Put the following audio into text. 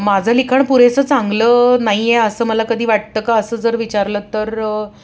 माझं लिखण पुरेसं चांगलं नाही आहे असं मला कधी वाटतं का असं जर विचारलं तर